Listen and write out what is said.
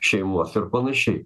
šeimos ir panašiai